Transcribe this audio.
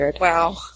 Wow